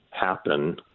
happen